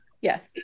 Yes